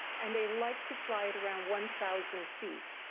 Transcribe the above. and they like to fly at around one thousand feet.